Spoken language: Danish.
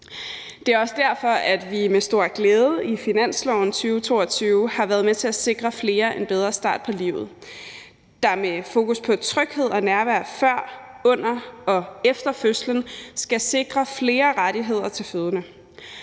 Det er derfor også med stor glæde, at vi i finansloven for 2022 har været med til at sikre flere en bedre start på livet, hvor et fokus på tryghed og nærvær før, under og efter fødslen skal sikre flere rettigheder til fødende.